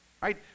right